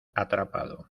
atrapado